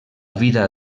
vida